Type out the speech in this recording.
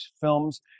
films